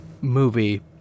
movie